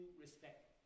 respect